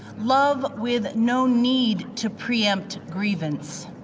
love with no need to pre-empt grievance